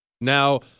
Now